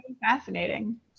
fascinating